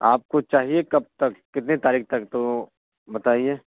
آپ کو چاہیے کب تک کتنے تاریخ تک تو بتائیے